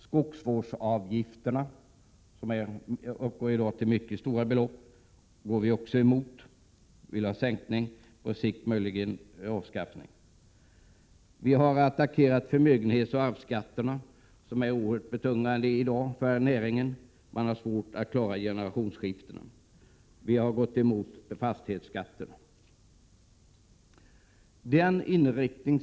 Skogsvårdsavgifterna, som i dag uppgår till mycket stora belopp, går vi också emot. Vi vill sänka dem och på sikt möjligen avskaffa dem. Vi har attackerat förmögenhetsoch arvsskatterna, som är oerhört betungande för näringen i dag. Man har därigenom svårt att klara generationsskiftena. Vi har även gått emot fastighetsskatten.